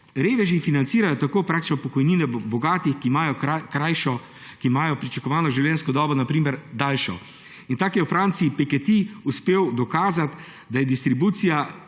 reveži financirajo tako praktično pokojnine bogatih, ki imajo pričakovano življenjsko dobo daljšo. In tako je v Franciji Piketty uspel dokazati, da distribucija